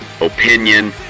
opinion